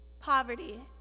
Poverty